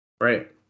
Right